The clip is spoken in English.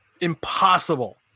impossible